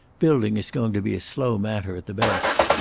building is going to be a slow matter, at the best.